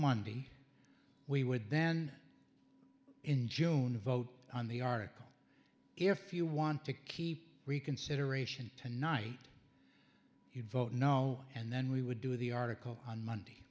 monday we would then in june vote on the article if you want to keep reconsideration tonight you'd vote no and then we would do the article on monday